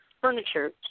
furniture